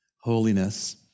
Holiness